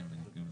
אני מבין.